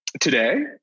today